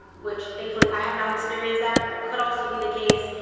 which thankfully, i have not experienced that, but that could also be the case,